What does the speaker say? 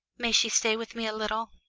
may she stay with me a little?